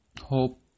hope